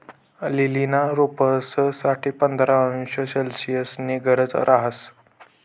लीलीना रोपंस साठे पंधरा अंश सेल्सिअसनी गरज रहास